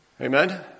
Amen